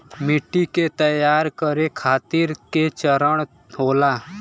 मिट्टी के तैयार करें खातिर के चरण होला?